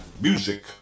Music